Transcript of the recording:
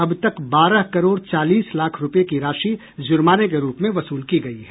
अब तक बारह करोड़ चालीस लाख रूपये की राशि जुर्माने के रूप में वसूल की गयी है